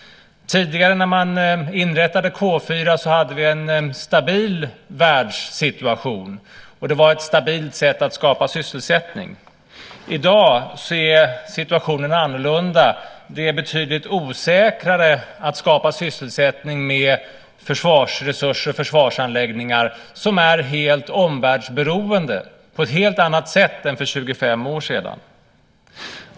Tidigare när man inrättade K 4 hade vi en stabil världssituation, och det var ett stabilt sätt att skapa sysselsättning. I dag är situationen annorlunda. Det är betydligt osäkrare att skapa sysselsättning med försvarsresurser och försvarsanläggningar som är helt omvärldsberoende - det är på ett helt annat sätt än för 25 år sedan.